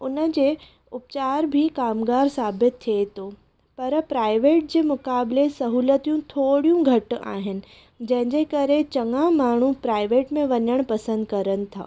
उनजे उपचार बि कामगार साबित थिए थो पर प्राइवेट जे मुक़ाबिले सहुलियतूं थोरियूं घटि आहिनि जंहिंजे करे चङा माण्हू प्राइवेट में वञणु पसंदि करनि था